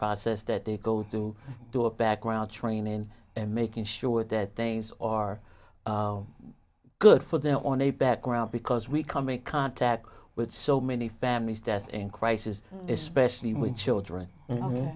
process that they go to do a background training and making sure that things are good for them on a background because we come in contact with so many families death in crisis especially with children